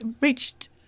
reached